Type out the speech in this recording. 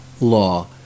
law